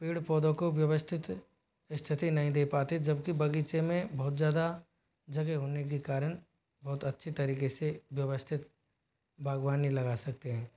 पेड़ पौधों को व्यवस्थित स्थिति नहीं दे पाते जबकि बगीचे में बहुत ज्यादा जगह होने के कारण बहुत अच्छी तरीके से व्यवस्थित बागवानी लगा सकते हैं